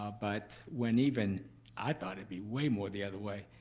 ah but when even i thought it'd be way more the other way.